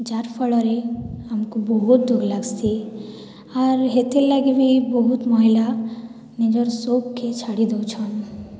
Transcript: ଯାହାର୍ ଫଳରେ ଆମ୍କୁ ବହୁତ୍ ଦୁଃଖ୍ ଲାଗ୍ସି ଆର୍ ହେଥିର୍ଲାଗି ବି ବହୁତ୍ ମହିଳା ନିଜର୍ ସଉକ୍କେ ଛାଡ଼ିଦଉଛନ୍